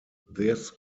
this